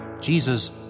Jesus